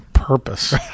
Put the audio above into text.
purpose